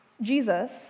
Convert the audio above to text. Jesus